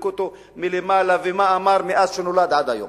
יבדקו אותו מלמעלה ומה אמר מאז נולד עד היום,